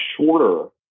shorter